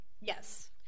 Yes